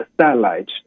satellite